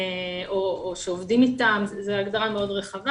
או שעובדים איתם, זאת הגדרה מאוד רחבה.